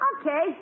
Okay